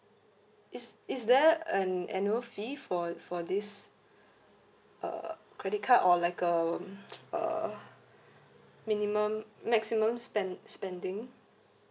is is there an annual fee for for this uh credit card or like um uh minimum maximum spend~ spending